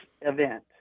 event